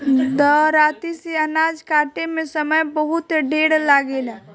दराँती से अनाज काटे में समय बहुत ढेर लागेला